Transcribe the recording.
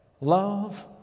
love